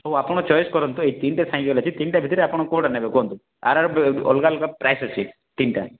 ହଉ ଆପଣ ଚଏସ୍ କରନ୍ତୁ ଏଇ ତିନିଟା ସାଇକେଲ ଅଛି ଏଇ ତିନିଟା ଭିତରେ ଆପଣ କେଉଁଟା ନେବେ କୁହନ୍ତୁ ଆର ଅଲଗା ଅଲଗା ପ୍ରାଇସ୍ ଅଛି ତିନିଟା